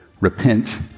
Repent